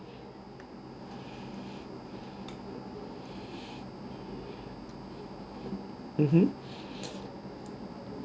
mmhmm